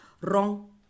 wrong